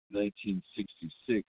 1966